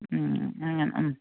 മ് അങ്ങനെ മ്